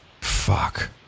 fuck